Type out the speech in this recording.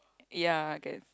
ya I guess